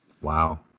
Wow